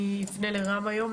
אני אפנה לרם היום.